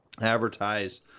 advertise